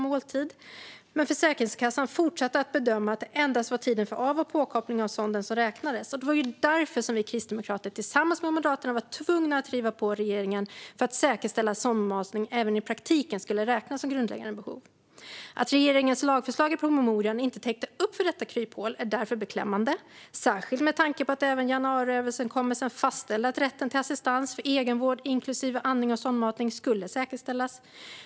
Men Försäkringskassan fortsatte att bedöma att det endast var tiden för av och påkoppling av sonden som räknades. Det var ju därför som vi kristdemokrater tillsammans med Moderaterna var tvungna att driva på regeringen för att säkerställa att sondmatning även i praktiken skulle räknas som grundläggande behov. Att regeringens lagförslag i promemorian inte täckte upp för detta kryphål är därför beklämmande, särskilt med tanke på att även januariöverenskommelsen fastställde att rätten till assistans för egenvård, inklusive andning och sondmatning, skulle säkerställas.